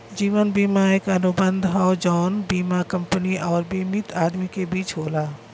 जीवन बीमा एक अनुबंध हौ जौन बीमा कंपनी आउर बीमित आदमी के बीच होला